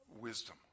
wisdom